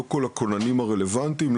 לא כל הכוננים הרלוונטיים,